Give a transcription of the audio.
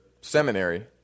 seminary